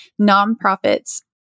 nonprofits